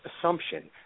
assumption